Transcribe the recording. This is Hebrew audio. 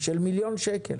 של מיליון שקל.